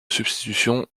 substitution